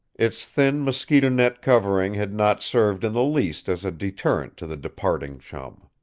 its thin mosquito net covering had not served in the least as a deterrent to the departing chum.